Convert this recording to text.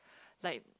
like